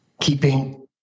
keeping